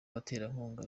abaterankunga